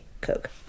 Coke